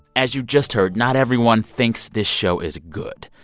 as you just heard, not everyone thinks this show is good,